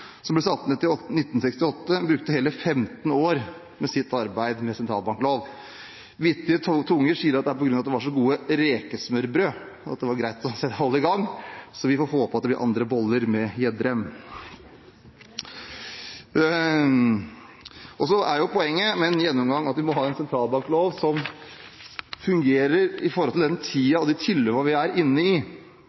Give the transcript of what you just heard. som ble satt ned i 1968, brukte hele 15 år på sitt arbeid med sentralbankloven. Vittige tunger sier at det var på grunn av at det var så gode rekesmørbrød at det var greit å holde det i gang. Vi får håpe det blir andre boller med Gjedrem. Poenget med en gjennomgang er at vi må ha en sentralbanklov som fungerer i forhold til den tiden og de forholdene vi er inne i.